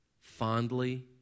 Fondly